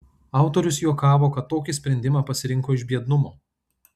autorius juokavo kad tokį sprendimą pasirinko iš biednumo